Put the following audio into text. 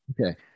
Okay